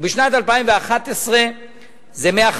ובשנת 2011 זה 150